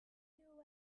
queue